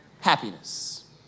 happiness